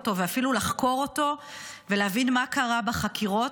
אותו ואפילו לחקור אותו ולהבין מה קרה בחקירות,